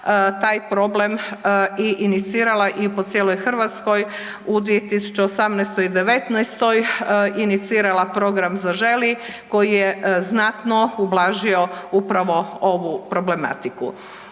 taj problem i inicirala i po cijeloj Hrvatskoj u 2018. i '19. inicirala program „Zaželi“ koji je znatno ublažio upravo ovu problematiku.